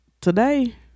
today